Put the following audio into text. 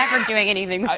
doing anything